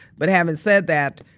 but having said that,